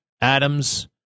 Adams